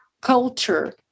culture